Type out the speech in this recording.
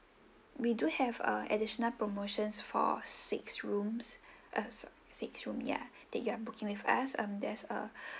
we do have uh additional promotions for six rooms ah six rooms ya that you are booking with us uh there's a